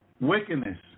wickedness